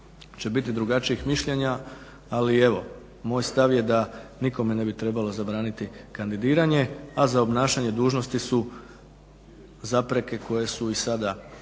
će biti drugačijih mišljenja, ali evo moj stav je da nikome ne bi trebalo zabraniti kandidiranje, a za obnašanje dužnosti su zapreke koje su i sada